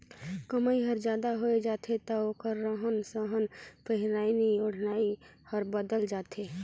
कमई हर जादा होय जाथे त ओखर रहन सहन पहिराई ओढ़ाई हर बदलत जाथे